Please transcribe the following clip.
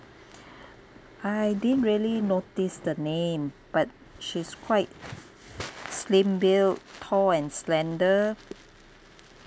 I didn't really notice the name but she's quite slim build tall and slender